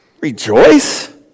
Rejoice